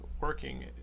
working